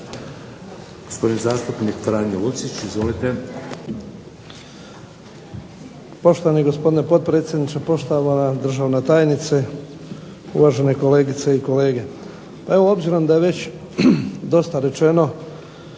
Gospodin zastupnik Zdravko Ronko. Izvolite.